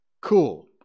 Cool